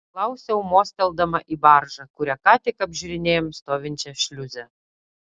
paklausiau mostelėdama į baržą kurią ką tik apžiūrinėjome stovinčią šliuze